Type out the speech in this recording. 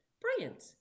Brilliant